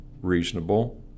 reasonable